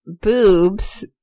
boobs